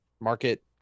market